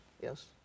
yes